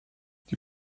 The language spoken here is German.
die